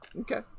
okay